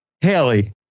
Haley